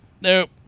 Nope